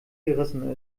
gerissen